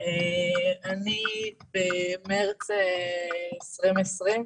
אני במרץ 2020,